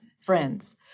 friends